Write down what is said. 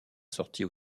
sortie